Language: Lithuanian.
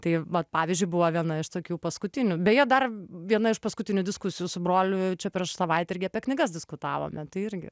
tai vat pavyzdžiui buvo viena iš tokių paskutinių beje dar viena iš paskutinių diskusijų su broliu čia prieš savaitę irgi apie knygas diskutavome tai irgi